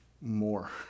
more